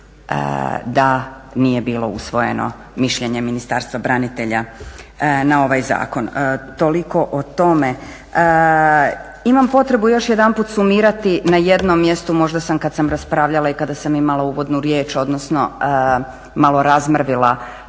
da nije bilo usvojeno mišljenje Ministarstva branitelja na ovaj zakon. Toliko o tome. Imam potrebu još jedanput sumirati na jednom mjestu možda sam kad sam raspravljala i kada sam imala uvodnu riječ, odnosno malo razmrvila